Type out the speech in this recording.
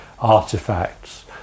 artifacts